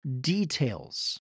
details